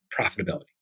profitability